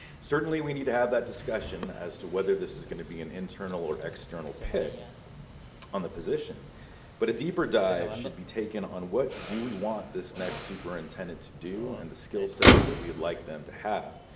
certainly, we need to have that discussion as to whether this is going to be an internal or external pick on the position but a deeper dive should be taken on what do we want this next superintendent to do and the skillsets that we'd like them to have.